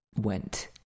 went